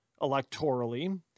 electorally